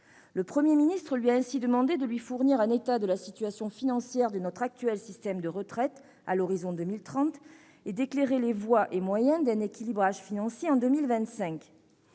le Premier ministre lui a demandé de lui fournir un état de la situation financière de l'actuel système de retraite à l'horizon de 2030 et d'éclairer les voies et moyens d'un équilibrage financier en 2025.